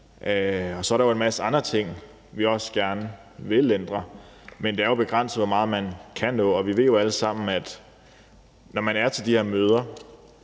Og så er der en masse andre ting, vi også gerne vil ændre, men det er begrænset, hvor meget man kan nå, og vi ved jo alle sammen, at når man er til de her møder,